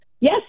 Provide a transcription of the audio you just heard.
Yes